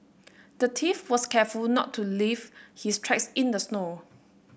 the thief was careful not to leave his tracks in the snow